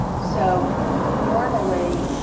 so normally,